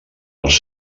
els